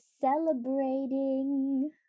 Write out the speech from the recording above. celebrating